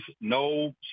no